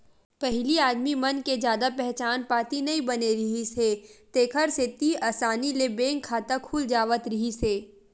पहिली आदमी मन के जादा पहचान पाती नइ बने रिहिस हे तेखर सेती असानी ले बैंक खाता खुल जावत रिहिस हे